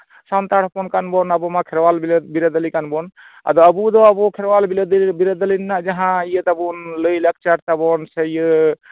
ᱥᱟᱱᱛᱟᱲ ᱦᱚᱯᱚᱱ ᱠᱟᱱ ᱵᱚᱱ ᱟᱵᱚ ᱢᱟ ᱠᱷᱮᱨᱣᱟᱞ ᱵᱤᱨᱟᱹᱫ ᱵᱤᱨᱟᱹᱫᱟᱹᱞᱤ ᱠᱟᱱ ᱵᱚᱱ ᱟᱫᱚ ᱟᱵᱚ ᱫᱚ ᱟᱵᱚ ᱠᱷᱮᱨᱣᱟᱞ ᱵᱤᱨᱟᱹᱫᱟᱹᱞᱤ ᱨᱮᱱᱟᱜ ᱡᱟᱦᱟᱸ ᱤᱭᱟᱹ ᱛᱟᱵᱚᱱ ᱞᱟᱹᱭ ᱞᱟᱠᱪᱟᱨ ᱛᱟᱵᱚᱱ ᱥᱮ ᱤᱭᱟᱹ